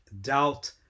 doubt